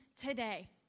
today